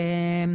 אוכפים.